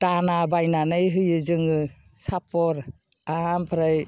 दाना बायनानै होयो जोङो सापर आमफ्राइ